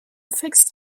fixed